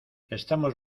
estamos